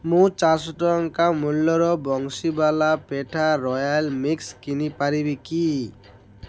ମୁଁ ଚାରିଶହ ଟଙ୍କା ମୂଲ୍ୟର ବଂଶୀୱାଲା ପେଠା ରୟାଲ୍ ମିକ୍ସ୍ କିଣି ପାରିବି କି